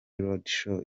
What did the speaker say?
roadshow